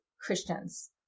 Christians